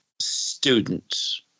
students